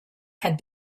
had